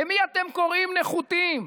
למי אתם קוראים נחותים,